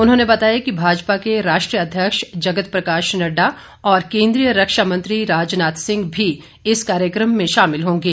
उन्होंने बताया कि भाजपा के राष्ट्रीय अध्यक्ष जगत प्रकाश नड़डा और केंद्रीय रक्षा मंत्री राजनाथ सिंह भी इस कार्यक्रम में शामिल होंगे